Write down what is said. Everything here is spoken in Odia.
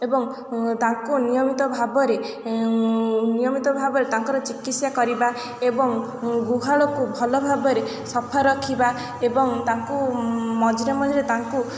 ଏବଂ ତାଙ୍କୁ ନିୟମିତ ଭାବରେ ନିୟମିତ ଭାବରେ ତାଙ୍କର ଚିକିତ୍ସା କରିବା ଏବଂ ଗୁହାଳକୁ ଭଲ ଭାବରେ ସଫା ରଖିବା ଏବଂ ତାଙ୍କୁ ମଝିରେ ମଝିରେ ତାଙ୍କୁ